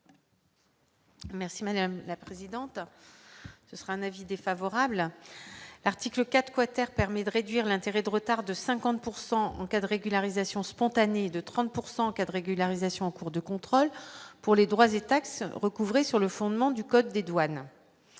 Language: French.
Merci madame la présidente, ce sera un avis défavorable, l'article 4 quater permet de réduire l'intérêt de retard de 50 pourcent en cas de régularisation spontanées de 30 pourcent cadre aiguë arrestation au cours de contrôle pour les droits et taxes recouvrer sur le fondement du code des douanes,